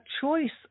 choice